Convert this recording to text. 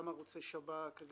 גם ערוצי שב"כ,